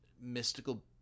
mystical